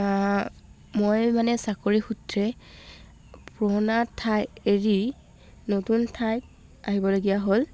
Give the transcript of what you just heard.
মই মানে চাকৰি সূত্ৰে পুৰণা ঠাই এৰি নতুন ঠাইত আহিবলগীয়া হ'ল